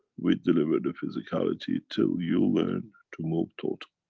we deliver the physicality till you learn to move total,